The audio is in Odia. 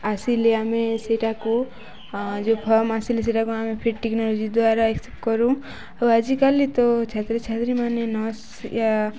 ଆସିଲେ ଆମେ ସେଇଟାକୁ ଯେଉଁ ଫର୍ମ ଆସିଲେ ସେଟାକୁ ଆମେ ଟେକ୍ନୋଲୋଜି ଦ୍ଵାରା ଏକ୍ସେପ୍ଟ କରୁ ଆଉ ଆଜିକାଲି ତ ଛାତ୍ରଛାତ୍ରୀମାନେେ ନର୍ସ ୟା